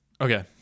okay